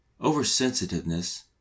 oversensitiveness